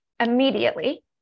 immediately